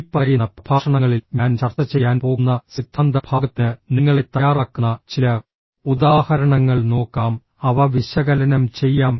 ഇനിപ്പറയുന്ന പ്രഭാഷണങ്ങളിൽ ഞാൻ ചർച്ച ചെയ്യാൻ പോകുന്ന സിദ്ധാന്ത ഭാഗത്തിന് നിങ്ങളെ തയ്യാറാക്കുന്ന ചില ഉദാഹരണങ്ങൾ നോക്കാം അവ വിശകലനം ചെയ്യാം